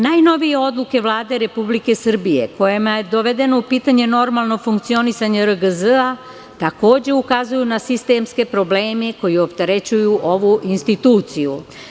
Najnovije odluke Vlade Republike Srbije kojima je dovedeno u pitanje normalno funkcionisanje RGZ takođe ukazuju na sistemske probleme koji opterećuju ovu instituciju.